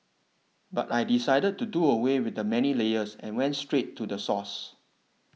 but I decided to do away with the many layers and went straight to the source